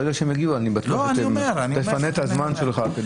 ברגע שהם יגיעו, אני בטוח שתפנה את הזמן שלך.